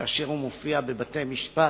כאשר הוא מופיע בבתי-משפט